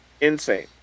insane